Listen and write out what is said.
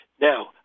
Now